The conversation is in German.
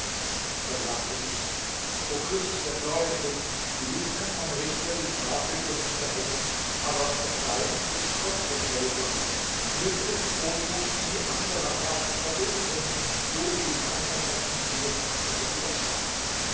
da sagte ich o fürst der gläubigen gewiß kann mein richter die strafe über mich verhängen aber verzeihen ist gott gefälliger möge deine großmut die anderer herrscher verdunkeln so wie mein verbrechen jedes andere übersteigt